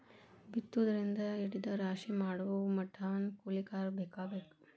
ಬಿತ್ತುದರಿಂದ ಹಿಡದ ರಾಶಿ ಮಾಡುಮಟಾನು ಕೂಲಿಕಾರರ ಬೇಕ ಬೇಕ